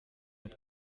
mit